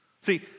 See